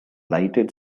lighted